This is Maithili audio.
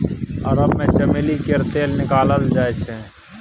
अरब मे चमेली केर तेल निकालल जाइ छै